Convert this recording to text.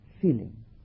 feeling